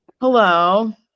hello